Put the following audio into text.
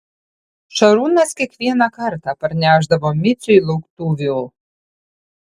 šarūnas kiekvieną kartą parnešdavo miciui lauktuvių